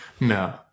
no